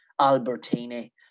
Albertini